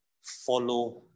follow